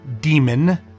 Demon